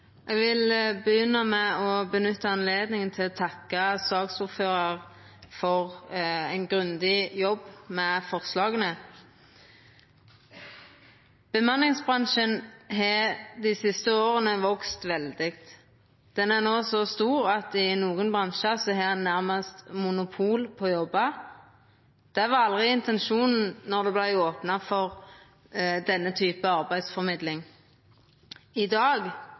Eg vil begynna med å nytta anledninga til å takka saksordføraren for ein grundig jobb med forslaga. Bemanningsbransjen har dei siste åra vakse veldig. Han er no så stor at ein i nokre bransjar nærmast har monopol på jobbar. Det var aldri intensjonen då det vart opna for denne typen arbeidsformidling. På finn.no i dag